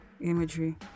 imagery